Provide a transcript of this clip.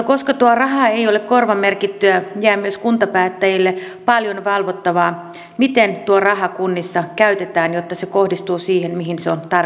koska tuo raha ei ole korvamerkittyä jää myös kuntapäättäjille paljon valvottavaa miten tuo raha kunnissa käytetään jotta se kohdistuu siihen mihin se